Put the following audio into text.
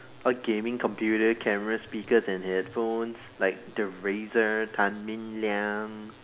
or gaming computer cameras speakers and headphones like the Razer Tan-min-liang